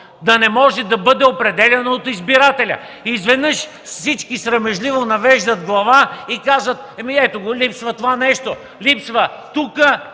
да не може да бъде определяно от избирателя... (Шум и реплики.) Изведнъж всички срамежливо навеждат глава и казват: „Ами, ето го, липсва това нещо, липсва тука,